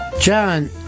John